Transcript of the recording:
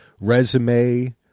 resume